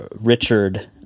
Richard